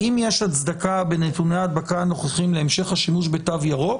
האם יש הצדקה בנתוני ההדבקה הנוכחיים להמשך השימוש בתו ירוק?